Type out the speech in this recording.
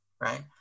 right